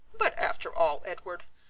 but after all, edward,